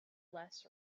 less